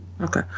Okay